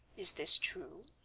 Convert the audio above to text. is this true?